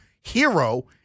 hero—